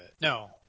no